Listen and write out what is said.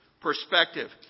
perspective